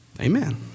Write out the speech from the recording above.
Amen